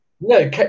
No